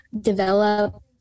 develop